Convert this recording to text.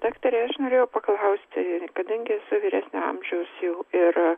daktare aš norėjau paklausti kadangi esi vyresnio amžius jau ir